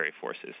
forces